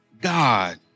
God